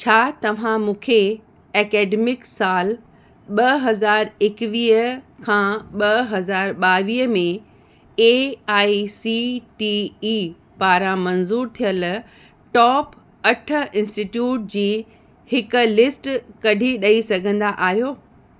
छा तव्हां मूंखे ऐकडेमिक साल ॿ हज़ार एकवीह खीं ॿ हज़ार ॿावीह में A I C T E पारां मंज़ूरु थियलु टॉप अठ इन्स्टिटयूट जी हिक लिस्ट कढी ॾई सघंदा आहियो